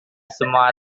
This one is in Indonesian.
semua